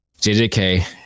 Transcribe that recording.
JJK